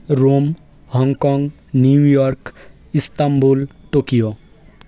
Rome Hong Kong New York Istanbul Tokyo